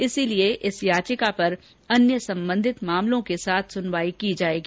इसलिए इस याचिका पर अन्य संबंधित मामलों के साथ सुनवाई की जायेगी